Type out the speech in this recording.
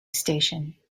station